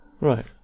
right